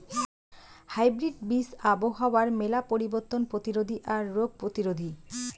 hybrid বীজ আবহাওয়ার মেলা পরিবর্তন প্রতিরোধী আর রোগ প্রতিরোধী